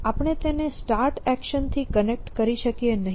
આપણે તેને start action થી કનેક્ટ કરી શકીએ નહીં